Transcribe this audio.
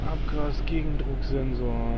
Abgas-Gegendrucksensor